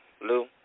Lou